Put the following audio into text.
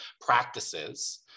practices